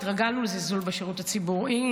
התרגלנו לזלזול בשירות הציבורי,